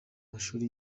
mashuri